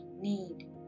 need